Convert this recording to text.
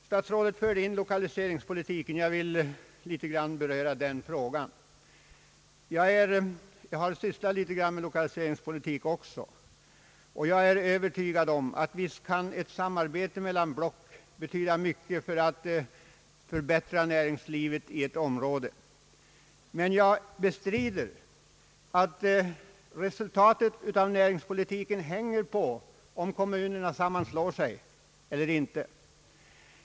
Statsrådet förde in lokaliseringspolitiken i debatten. Jag vill något beröra den frågan, eftersom jag sysslat en del med lokaliseringspolitik. Jag är övertygad om att ett samarbete mellan kommuner i ett block kan betyda mycket för att förbättra näringslivet i ett område. Men jag bestrider att resultatet av näringspolitiken hänger på om kommunerna sammanslår sig eller inte.